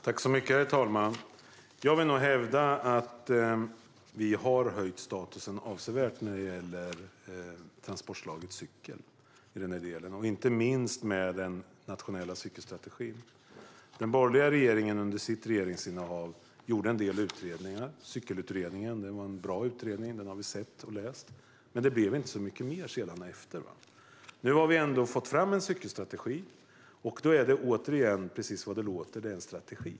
Herr talman! Jag vill nog hävda att vi har höjt statusen för transportslaget cykel avsevärt i den här delen, inte minst med den nationella cykelstrategin. Den borgerliga regeringen gjorde en del utredningar. Cykelutredningen var en bra utredning, som vi har sett och läst. Men det blev inte så mycket mer efter den. Nu har vi fått fram en cykelstrategi. Det är precis vad det låter som: en strategi.